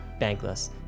bankless